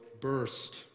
burst